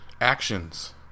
actions